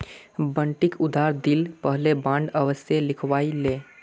बंटिक उधार दि ल पहले बॉन्ड अवश्य लिखवइ ले